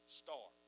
star